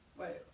wait